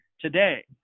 today